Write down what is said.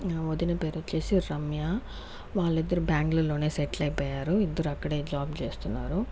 నా వదిన పేరొచ్చేసి రమ్య వాళ్లు ఇద్దరు బ్యాంగ్లూరులోనే సెటిల్ అయిపోయారు ఇద్దరు అక్కడే జాబ్ చేస్తున్నారు